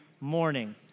morning